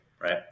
right